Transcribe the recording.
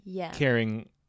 caring